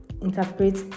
interpret